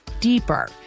deeper